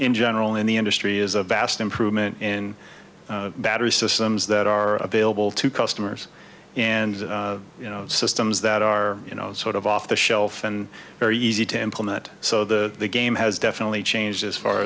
in general in the industry is a vast improvement in battery systems that are available to customers and you know systems that are you know sort of off the shelf and very easy to implement so the game has definitely changed as far